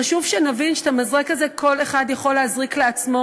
חשוב שנבין שבמזרק הזה כל אחד יכול להזריק לעצמו.